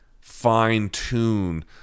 fine-tune